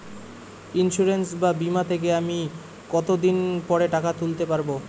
Insurance বা বিমা থেকে আমি কত দিন পরে টাকা তুলতে পারব?